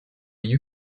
you